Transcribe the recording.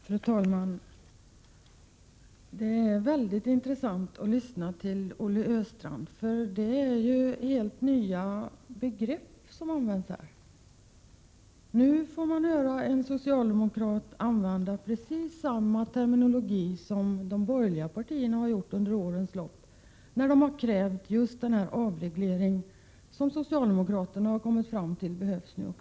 Fru talman! Det är väldigt intressant att lyssna till Olle Östrand. Det är ju helt nya begrepp som han använder. Nu får man höra en socialdemokrat använda precis samma terminologi som de borgerliga partierna har använt under årens lopp. De har krävt just dessa avregleringar som också socialdemokraterna nu har kommit fram till är nödvändiga.